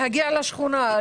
לשכונה,